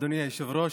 אדוני היושב-ראש,